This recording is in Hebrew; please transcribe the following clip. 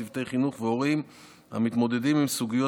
צוותי חינוך והורים המתמודדים עם סוגיות